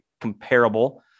comparable